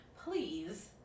please